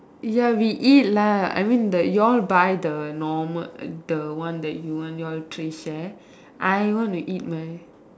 ya we eat lah I mean the you all by the normal the one that you want you all three share I wanna eat mine